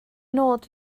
nod